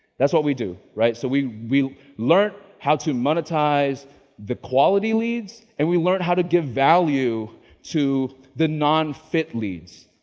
that's what we do right. so we learnt how to monetise the quality leads and we learned how to give value to the non fit leads.